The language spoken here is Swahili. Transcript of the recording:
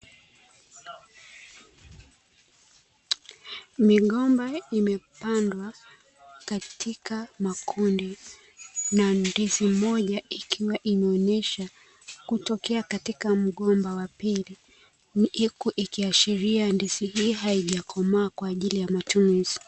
Migomba imepandwa katika makundi na ndizi moja ikiwa imeonyesha kutokea katika mgomba wa pili, ikiashiria ndizi hiyo haijakomaa kwa ajili ya matumizi.